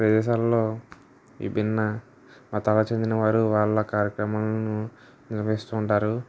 ప్రదేశాలలో విభిన్న మతాలకు చెందిన వారు వాళ్ళ కార్యక్రమాలను నిర్వహిస్తూ ఉంటారు